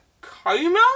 coma